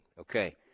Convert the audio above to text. Okay